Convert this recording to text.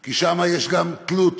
כי שם יש גם תלות